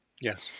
Yes